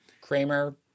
kramer